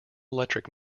electric